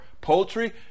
poultry